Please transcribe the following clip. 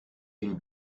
une